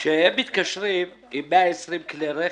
כשהם מתקשרים עם 120 כלי רכב,